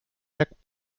jak